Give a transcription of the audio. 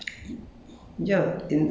stay there for a few weeks